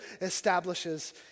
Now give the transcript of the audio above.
establishes